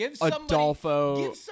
Adolfo